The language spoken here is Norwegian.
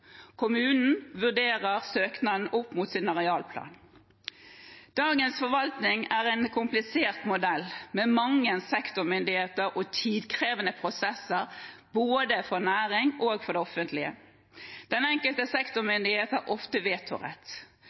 Kommunen vurderer søknaden opp mot sin arealplan. Dagens forvaltning er en komplisert modell, med mange sektormyndigheter og tidkrevende prosesser både for næring og for det offentlige. Den enkelte sektormyndighet har ofte